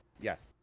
yes